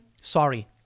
Sorry